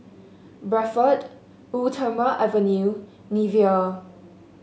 Bradford Eau Thermale Avene Nivea